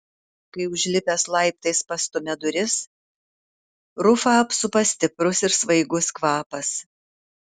kai užlipęs laiptais pastumia duris rufą apsupa stiprus ir svaigus kvapas